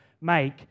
make